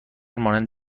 مانند